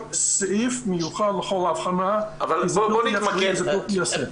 סעיף מיוחד לכל אבחנה כי זה בלתי אפשרי ליישם.